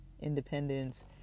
independence